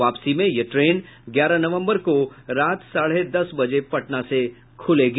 वापसी में यह ट्रेन ग्यारह नवम्बर को रात साढ़े दस बजे पटना से खुलेगी